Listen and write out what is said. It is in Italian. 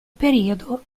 periodo